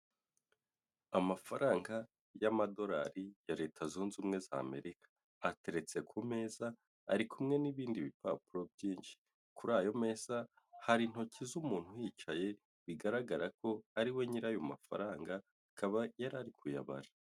Amafaranga y'amadolari ya leta zunze ubumwe z'Amerika ateretse ku meza ari kumwe n'ibindi bipapuro byinshi, kuri ayo meza hari intoki z'umuntu yicaye bigaragara ko ariwe nyiri ayo mafaranga akaba yari ari kuyabara.